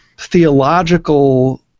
theological